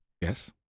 Yes